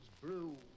brew